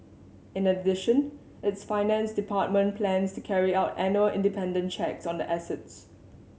in addition its finance department plans to carry out annual independent checks on the assets